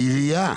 כעירייה,